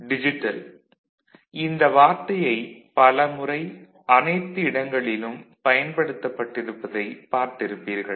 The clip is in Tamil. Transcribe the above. டிஜிட்டல் - இந்த வார்த்தையைப் பலமுறை அனைத்து இடங்களிலும் பயன்படுத்தப்பட்டிருப்பதை பார்த்திருப்பீர்கள்